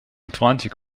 atlantic